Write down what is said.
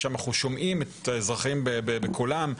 ששם אנחנו שומעים את האזרחים בקולם,